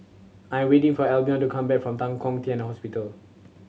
I am waiting for Albion to come back from Tan Kong Tian Temple